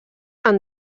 han